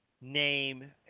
name